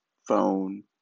phone